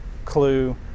clue